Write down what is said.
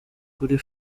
kuri